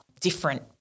different